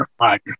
right